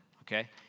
Okay